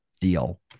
deal